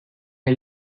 est